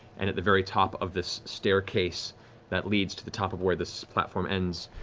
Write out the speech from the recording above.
and at the very top of this staircase that leads to the top of where this platform ends,